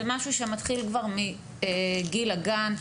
אלא זה משהו שמתחיל כבר מגיל הגן,